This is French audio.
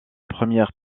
première